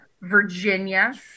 Virginia